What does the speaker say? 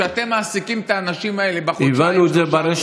שאתם מעסיקים את האנשים האלה בחודשיים הראשונים שהם עובדים.